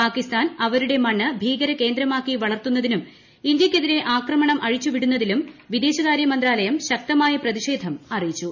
പാകിസ്ഥാൻ പ്രിൽവരുടെ മണ്ണ് ഭീകര കേന്ദ്രമാക്കി വളർത്തുന്നതിനും ഇന്ത്യ്ക്കെതിരെ ആക്രമണം അഴിച്ചു വിടുന്നതിലും വിദേശക്ട്ര്യ മന്ത്രാലയം ശക്തമായ പ്രതിഷേധം അറിയിച്ചു